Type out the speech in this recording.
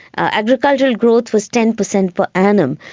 agricultural growth was ten percent per annum,